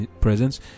presence